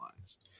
lives